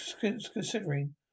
considering